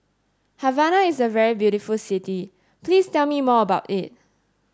Havana is a very beautiful city please tell me more about it